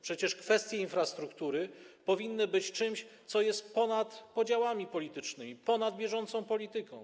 Przecież kwestie infrastruktury powinny być czymś, co jest ponad podziałami politycznymi, ponad bieżącą polityką.